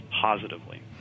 positively